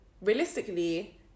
realistically